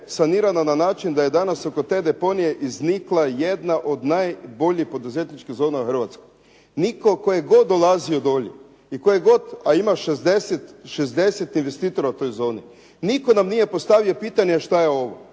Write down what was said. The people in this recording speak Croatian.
sanirana na način da je danas oko te deponije iznikla jedna od najboljih poduzetničkih zona u Hrvatskoj. Nitko tko je god dolazio dole i tko je god a ima 60 investitora u toj zoni, nitko nam nije postavio pitanje šta je ovo,